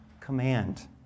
command